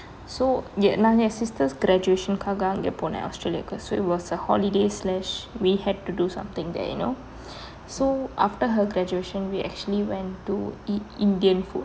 so நான் அங்கே என்:naan ange en sister's graduation காக போனேன் அங்கே:kaaga ange ponen australia க்கு:ekku so was a holiday slash we had to do something there you know so after her graduation we actually went to eat indian food